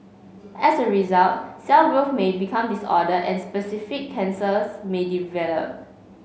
as a result cell growth may become disordered and specific cancers may develop